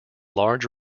large